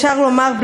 אפשר לומר,